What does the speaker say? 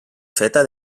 feta